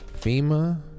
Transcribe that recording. FEMA